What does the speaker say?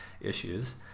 issues